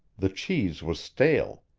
the cheese was stale.